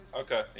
Okay